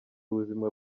ubuzima